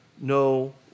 no